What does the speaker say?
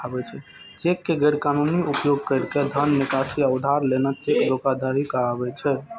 cheque के गैर कानूनी उपयोग कैर के धन निकासी या उधार लेना चेक धोखाधड़ी कहाबै छै